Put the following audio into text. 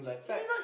facts